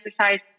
exercise